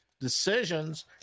decisions